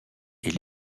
est